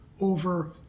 over